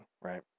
right